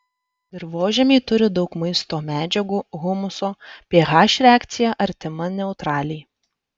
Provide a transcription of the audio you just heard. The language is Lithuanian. dirvožemiai turi daug maisto medžiagų humuso ph reakcija artima neutraliai